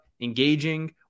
engaging